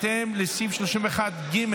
בהתאם לסעיף 31(ג)